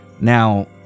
Now